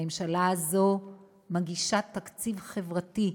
הממשלה הזאת מגישה תקציב חברתי,